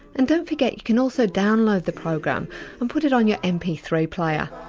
and don't forget you can also download the program and put it on your m p three player.